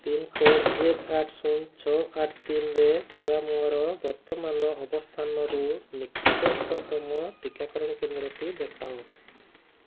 pincode ଏକ ଆଠ ଶୂନ ଛଅ ଆଠ ତିନିରେ ଥିବା ମୋର ବର୍ତ୍ତମାନର ଅବସ୍ଥାନରୁ ନିକଟତମ ଟିକାକରଣ କେନ୍ଦ୍ରଟି ଦେଖାଅ